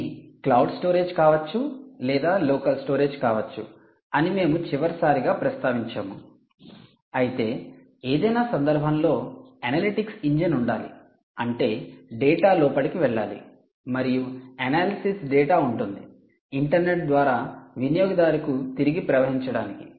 ఇది cloud storage కావచ్చు లేదా లోకల్ స్టోరేజ్ కావచ్చు అని మేము చివరిసారిగా ప్రస్తావించాము అయితే ఏదైనా సందర్భంలో అనలిటిక్స్ ఇంజిన్ ఉండాలి అంటే డేటా లోపలికి వెళ్ళాలి మరియు ఎనాలిసిస్ డేటా ఉంటుంది ఇంటర్నెట్ ద్వారా వినియోగదారుకు తిరిగి ప్రవహించడానికి